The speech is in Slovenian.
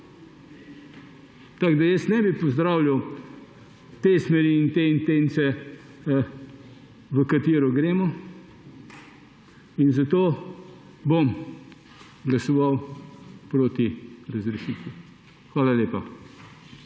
Tako da jaz ne bi pozdravljal te smeri in te intence, v katero gremo, zato bom glasoval proti razrešitvi. Hvala lepa.